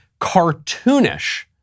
cartoonish